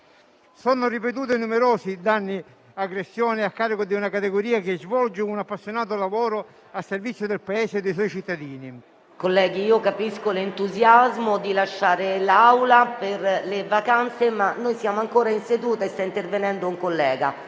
Sono ripetuti e numerosi i danni e le aggressioni a carico di una categoria che svolge un appassionato lavoro a servizio del Paese e dei suoi cittadini. *(Brusio)*. PRESIDENTE. Colleghi, capisco l'entusiasmo di lasciare l'Aula per le vacanze, ma siamo ancora in seduta e sta intervenendo un collega.